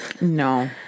No